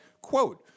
Quote